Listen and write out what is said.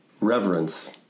reverence